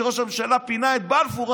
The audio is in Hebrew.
כשראש הממשלה פינה את בלפור,